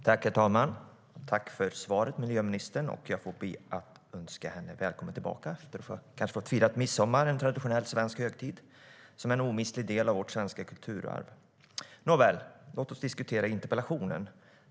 Herr talman! Jag tackar miljöministern för svaret, och jag får be att önska henne välkommen tillbaka efter att kanske ha firat midsommar - en traditionell, svensk högtid som är en omistlig del av vårt svenska kulturarv. Nåväl, låt oss diskutera interpellationen!